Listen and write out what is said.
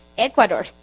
Ecuador